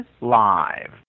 live